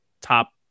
top